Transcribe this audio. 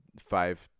five